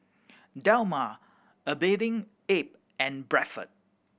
Dilmah A Bathing Ape and Bradford